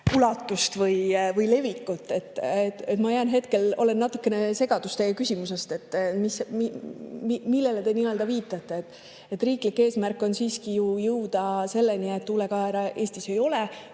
ulatust või levikut. Olen natukene segaduses teie küsimusest, et millele te nii-öelda viitate. Riiklik eesmärk on ju jõuda selleni, et tuulekaera Eestis ei ole.